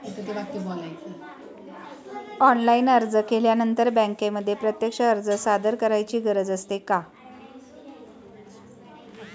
Online अर्ज केल्यानंतर बँकेमध्ये प्रत्यक्ष अर्ज सादर करायची गरज असते का?